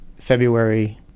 February